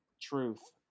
Truth